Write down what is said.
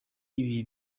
ibihe